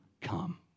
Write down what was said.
come